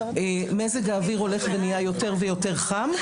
מזג האוויר הולך ונהיה יותר ויותר חם.